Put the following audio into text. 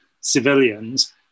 civilians